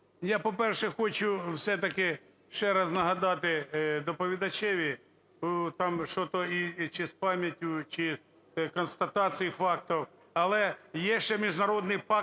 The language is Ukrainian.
я, по-перше, хочу все-таки ще раз нагадати доповідачеві, там шо-то чи з пам'яттю, чи констатацією фактів, але є ще Міжнародний пакт